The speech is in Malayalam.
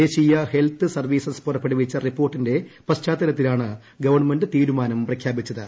ദേശീയ ഹെൽത്ത് സർവ്വീസസ് പുറപ്പെടുവിച്ച റിപ്പോർട്ടിന്റെ പശ്ചാത്തലത്തിലാണ് ഗവൺമെന്റ് തീരുമാനം പ്രഖ്യാപിച്ചത്